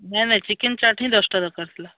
ନାହିଁ ନାହିଁ ଚିକେନ୍ ଚାଟ୍ ହିଁ ଦଶଟା ଦରକାର ଥିଲା